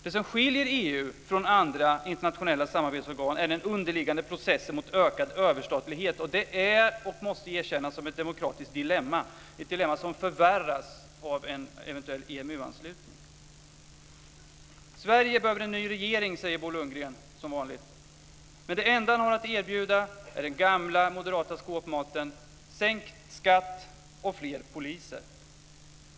Det som skiljer EU från andra internationella samarbetsorgan är den underliggande processen mot ökad överstatlighet. Det är, och måste erkännas som, ett demokratiskt dilemma. Det är ett dilemma som förvärras av en eventuell EMU Bo Lundgren säger, som vanligt, att Sverige behöver en ny regering. Men det enda han har att erbjuda är den gamla moderata skåpmaten, dvs. sänkt skatt och fler poliser.